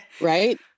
right